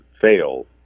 fail